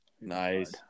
Nice